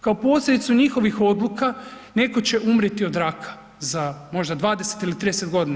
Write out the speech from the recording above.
Kao posljedicu njihovih odluka netko će umrijeti od raka za možda 20 ili 30 godina.